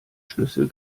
schlüssel